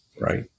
Right